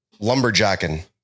lumberjacking